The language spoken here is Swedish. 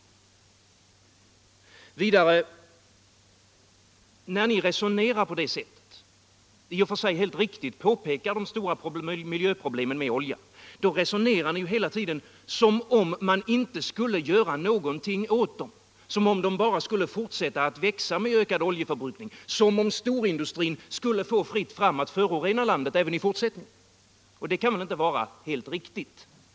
Och när ni, i och för sig helt riktigt, påpekar de stora miljöproblemen med oljan, då resonerar ni ju hela tiden som om det inte skulle göras någonting åt dem, som om de bara skulle fortsätta att växa med en ökad oljeförbrukning, som om storindustrin skulle få fritt fram att förorena landet även i fortsättningen. Det kan väl inte vara helt riktigt.